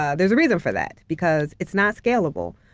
ah there's a reason for that, because it's not scalable.